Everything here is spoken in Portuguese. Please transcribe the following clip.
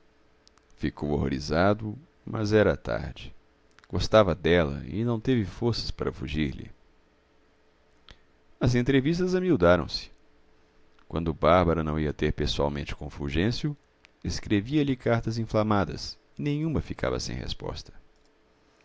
ficou horrorizado mas era tarde gostava dela e não teve forças para fugir-lhe as entrevistas amiudaram-se quando bárbara não ia ter pessoalmente com o fulgêncio escrevia-lhe cartas inflamadas e nenhuma ficava sem resposta